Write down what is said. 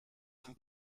ein